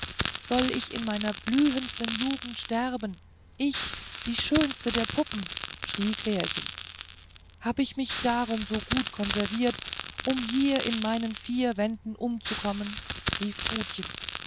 soll ich in meiner blühendsten jugend sterben ich die schönste der puppen schrie klärchen hab ich darum mich so gut konserviert um hier in meinen vier wänden umzukommen rief trutchen